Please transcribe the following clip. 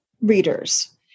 readers